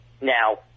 now